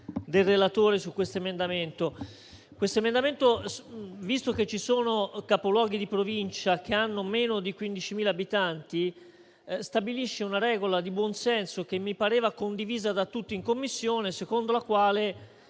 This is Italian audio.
Questo emendamento, visto che ci sono Capoluoghi di Provincia che hanno meno di 15.000 abitanti, stabilisce una regola di buonsenso che mi pareva condivisa da tutti in Commissione, secondo la quale,